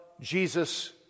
Jesus